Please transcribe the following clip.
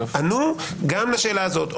ענו גם לשאלה הזאת.